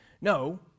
No